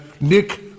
Nick